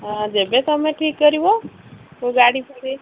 ହଁ ଯେବେ ତୁମେ ଠିକ୍ କରିବ କେଉଁ ଗାଡ଼ି ଫାଡ଼ି